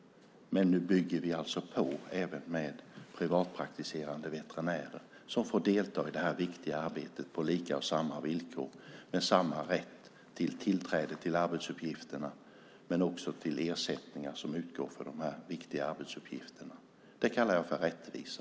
Men nu bygger vi alltså på även med privatpraktiserande veterinärer som får delta i det här viktiga arbetet på lika villkor och med samma rätt till tillträde till arbetsuppgifterna men också till de ersättningar som utgår för de här viktiga arbetsuppgifterna. Det kallar jag för rättvisa.